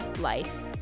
life